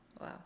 Wow